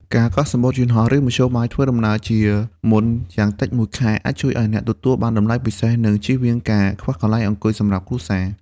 ការកក់សំបុត្រយន្តហោះ ឬមធ្យោបាយធ្វើដំណើរជាមុនយ៉ាងតិចមួយខែ អាចជួយឱ្យអ្នកទទួលបានតម្លៃពិសេស និងជៀសវាងការខ្វះកន្លែងអង្គុយសម្រាប់គ្រួសារ។